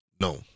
No